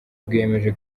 rwiyemeje